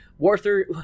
Warther